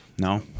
No